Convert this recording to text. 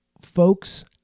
folks